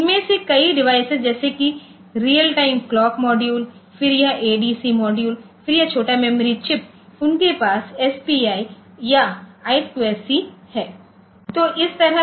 तो इनमें से कई डिवाइस जैसे कि रियल टाइम क्लॉक मॉड्यूल फिर यह एडीसी मॉड्यूल फिर यह छोटा मेमोरी चिप्स उनके पास एसपीआई या आई स्क्वायर सी इंटरफेस हैं